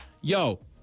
yo